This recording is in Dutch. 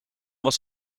was